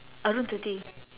arundhati